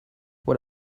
what